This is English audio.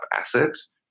assets